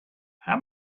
how